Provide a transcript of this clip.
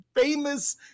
famous